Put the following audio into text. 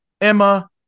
Emma